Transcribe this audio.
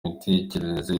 imitekerereze